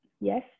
yes